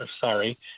sorry